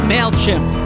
MailChimp